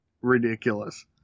ridiculous